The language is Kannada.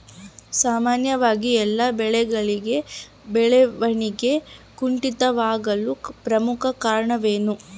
ಸಾಮಾನ್ಯವಾಗಿ ಎಲ್ಲ ಬೆಳೆಗಳಲ್ಲಿ ಬೆಳವಣಿಗೆ ಕುಂಠಿತವಾಗಲು ಪ್ರಮುಖ ಕಾರಣವೇನು?